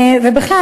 ובכלל,